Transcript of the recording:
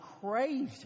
crazy